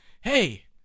hey